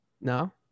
No